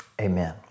amen